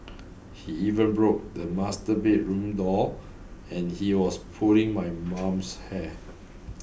he even broke the master bedroom door and he was pulling my mum's hair